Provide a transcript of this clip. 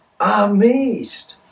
amazed